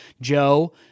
Joe